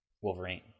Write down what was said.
Wolverine